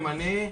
ימני,